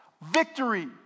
victory